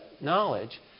knowledge